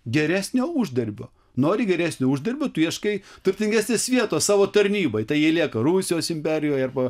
geresnio uždarbio nori geresnio uždarbio tu ieškai turtingesnės vietos savo tarnybai tai jie lieka rusijos imperijoj arba